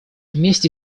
вместе